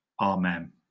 Amen